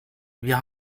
wir